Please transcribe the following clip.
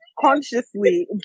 Consciously